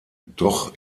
doch